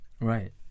Right